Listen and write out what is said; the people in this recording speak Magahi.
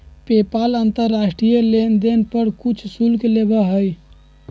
पेपाल अंतर्राष्ट्रीय लेनदेन पर कुछ शुल्क लेबा हई